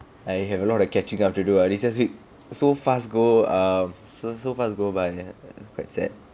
I have a lot of catching up to do ah recess week so fast go err so so fast go by ya quite sad